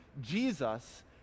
jesus